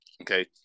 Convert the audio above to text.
Okay